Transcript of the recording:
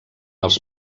els